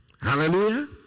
Hallelujah